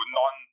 non